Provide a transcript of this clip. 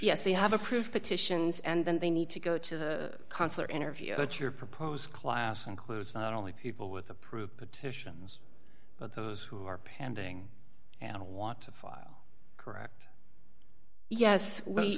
yes they have approved petitions and then they need to go to the consular interview but your proposed class includes not only people with approved petitions but those who are pending and want to file correct yes